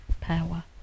power